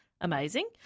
Amazing